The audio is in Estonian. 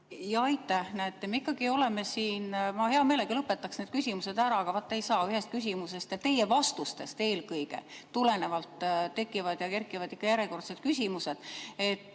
Aitäh! Näete, me ikkagi oleme siin. Ma hea meelega lõpetaks need küsimused ära, aga vaat ei saa. Ühest küsimusest ja eelkõige teie vastustest tulenevalt tekivad ja kerkivad ikka järjekordsed küsimused.